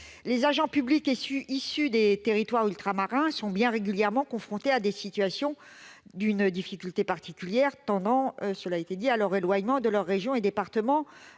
Les agents publics issus des territoires ultramarins sont régulièrement confrontés à des situations d'une difficulté particulière, tendant à leur éloignement de leurs régions et départements